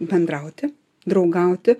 bendrauti draugauti